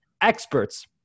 experts